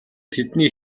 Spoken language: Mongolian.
тэдний